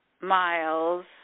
miles